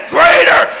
greater